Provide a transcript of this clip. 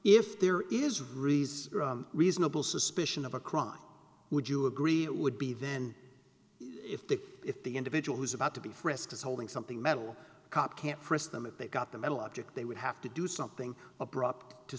if there is reason reasonable suspicion of a crime would you agree it would be then if the if the individual who's about to be frisked is holding something metal cop can't frisk them if they got the metal object they would have to do something abrupt to